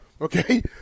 Okay